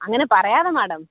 അങ്ങനെ പറയാതെ മാഡം